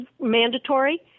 mandatory